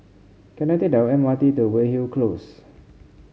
can I take the M R T to Weyhill Close